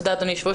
אדוני היושב-ראש,